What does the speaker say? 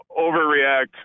overreact